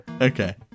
Okay